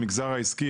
המגזר העסקי,